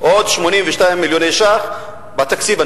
עוד 82 מיליון ש"ח בתקציב.